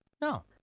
No